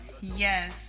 Yes